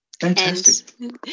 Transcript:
Fantastic